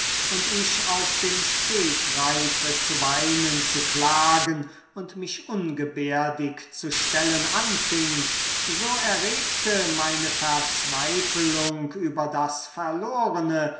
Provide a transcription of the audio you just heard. und ich aus dem stegreife zu weinen zu klagen und mich ungebärdig zu stellen anfing so erregte meine verzweifelung über das verlorene